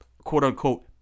Quote-unquote